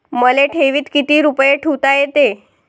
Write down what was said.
मले ठेवीत किती रुपये ठुता येते?